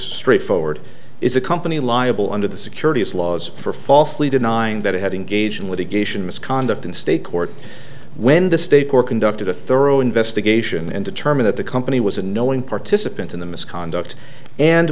straightforward is a company liable under the securities laws for falsely denying that it had engaged in litigation misconduct in state court when the state court conducted a thorough investigation and determine that the company was a knowing participant in the misconduct and